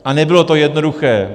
A nebylo to jednoduché.